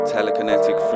Telekinetic